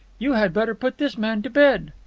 you had better put this man to bed.